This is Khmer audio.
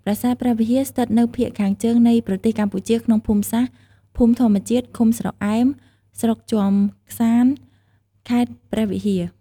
ប្រាសាទព្រះវិហារ ស្ថិតនៅភាគខាងជើងនៃប្រទេសកម្ពុជាក្នុងភូមិសាស្ត្រ ភូមិធម្មជាតិ ឃុំស្រអែម ស្រុកជាំក្សាន្ត ខេត្តព្រះវិហារ។